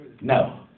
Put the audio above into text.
No